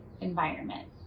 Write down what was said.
environment